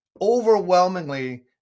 overwhelmingly